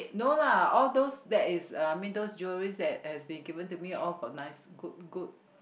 no lah all those that is uh I mean those jewelleries that has been given to me all got nice good good